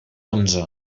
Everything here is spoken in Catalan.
onze